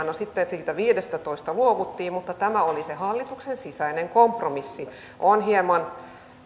no sitten siitä viidestätoista luovuttiin mutta tämä oli se hallituksen sisäinen kompromissi on hieman